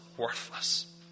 worthless